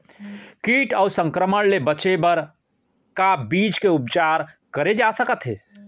किट अऊ संक्रमण ले बचे बर का बीज के उपचार करे जाथे सकत हे?